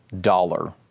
dollar